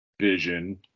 vision